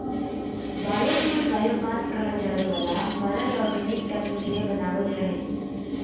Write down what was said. biofuel biomass कहल जावे वाला मरल ऑर्गेनिक तत्व से बनावल जा हइ